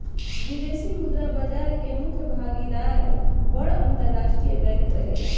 विदेशी मुद्रा बाजार में मुख्य भागीदार बड़ अंतरराष्ट्रीय बैंक रहेला